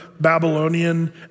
Babylonian